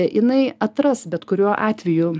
jinai atras bet kuriuo atveju